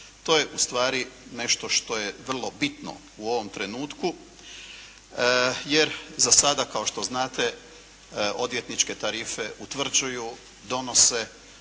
To je ustvari nešto što je vrlo bitno u ovom trenutku, jer za sada kao što znate odvjetničke tarife utvrđuju, donose